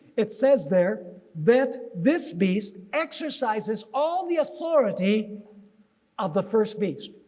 it says there that this beast exercises all the authority of the first beast.